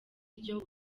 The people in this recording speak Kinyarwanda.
ryo